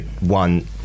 one